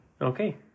okay